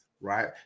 right